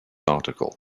article